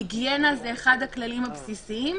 היגיינה זה אחד הכללים הבסיסיים.